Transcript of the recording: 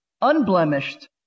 unblemished